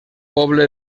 poble